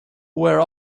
were